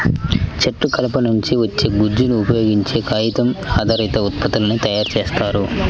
చెట్టు కలప నుంచి వచ్చే గుజ్జును ఉపయోగించే కాగితం ఆధారిత ఉత్పత్తులను తయారు చేస్తారు